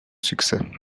succès